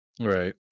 Right